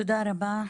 תודה רבה.